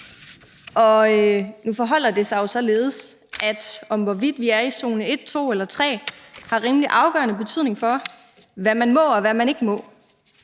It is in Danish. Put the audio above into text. jeg. Nu forholder det sig jo således, at hvorvidt vi er i zone 1, 2 eller 3, har rimelig afgørende betydning for, hvad man må, og hvad man ikke må.